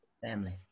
family